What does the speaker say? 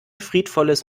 friedvolles